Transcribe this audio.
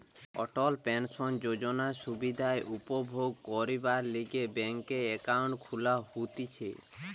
অটল pension যোজনার সুবিধা উপভোগ করবার লিগে ব্যাংকে একাউন্ট খুলা হতিছে